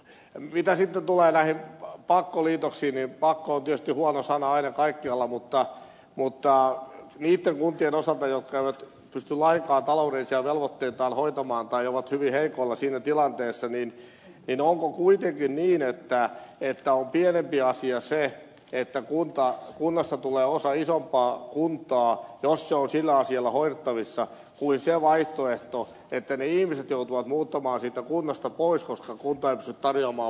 mitä sitten tulee näihin pakkoliitoksiin niin pakko on tietysti huono sana aina kaikkialla mutta niitten kuntien osalta jotka eivät pysty lainkaan taloudellisia velvoitteitaan hoitamaan tai ovat hyvin heikoilla siinä tilanteessa onko kuitenkin niin että on pienempi paha se että kunnasta tulee osa isompaa kuntaa jos se on sillä asialla hoidettavissa kuin se vaihtoehto että ne ihmiset joutuvat muuttamaan siitä kunnasta pois koska kunta ei pysty tarjoamaan palveluita